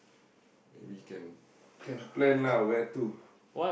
maybe can can plan lah where to